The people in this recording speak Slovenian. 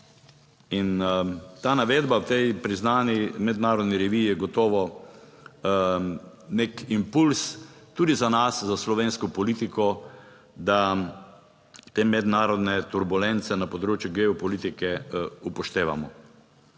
In ta navedba v tej priznani mednarodni reviji je gotovo nek impulz tudi za nas, za slovensko politiko, da te mednarodne turbulence na področju geopolitike upoštevamo.